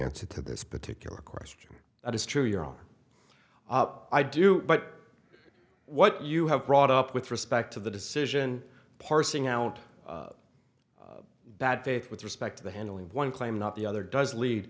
answer to this particular question that is true your own i do but what you have brought up with respect to the decision parsing out bad faith with respect to the handling of one claim not the other does lead